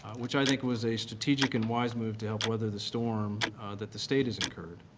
which i think was a strategic and wise move to help weather the storm that the state has incurred.